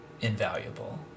invaluable